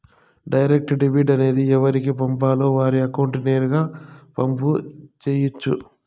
direct debit అనేది ఎవరికి పంపాలో వారి అకౌంట్ నేరుగా పంపు చేయొచ్చు